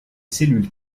cellules